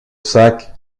sac